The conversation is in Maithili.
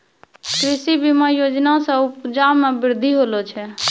कृषि बीमा योजना से उपजा मे बृद्धि होलो छै